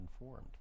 informed